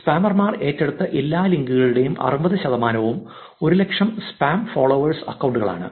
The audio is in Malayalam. സ്പാമർമാർ ഏറ്റെടുത്ത എല്ലാ ലിങ്കുകളുടെയും 60 ശതമാനവും 100000 സ്പാം ഫോളോവേഴ്സ് അക്കൌണ്ടുകളാണ്